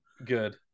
good